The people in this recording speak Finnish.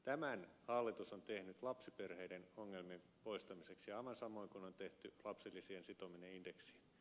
tämän hallitus on tehnyt lapsiperheiden ongelmien poistamiseksi aivan samoin kuin on tehty lapsilisien sitominen indeksiin